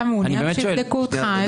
אתה מעוניין שיבדקו אותך?